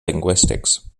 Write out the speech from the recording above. linguistics